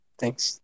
thanks